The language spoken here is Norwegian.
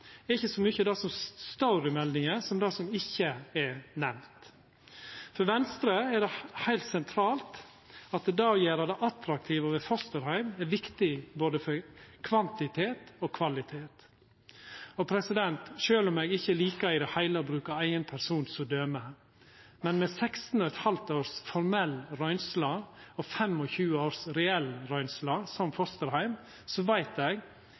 er ikkje så mykje det som står i meldinga, som det som ikkje er nemnt. For Venstre er det heilt sentralt at det å gjera det attraktivt å vera fosterheim, er viktig for både kvantitet og kvalitet. Eg likar ikkje i det heile å bruka eigen person som døme, men med 16,5 års formell røynsle og 25 års reell røynsle som fosterheim, veit eg